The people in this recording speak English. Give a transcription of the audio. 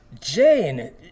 Jane